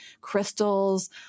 Crystals